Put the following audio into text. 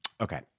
Okay